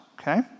okay